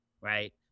right